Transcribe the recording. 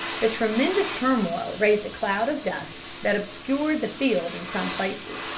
the tremendous turmoil raised a cloud of dust that obscured the field in some places,